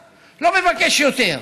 אני לא מבקש יותר.